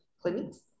clinics